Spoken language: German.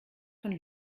von